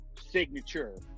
signature